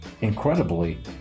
incredibly